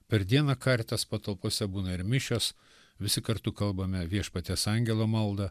per dieną karitas patalpose būna ir mišios visi kartu kalbame viešpaties angelo maldą